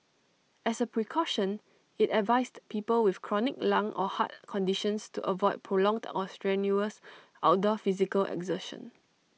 as A precaution IT advised people with chronic lung or heart conditions to avoid prolonged or strenuous outdoor physical exertion